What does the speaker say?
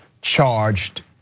charged